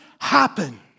happen